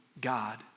God